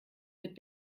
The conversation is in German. mit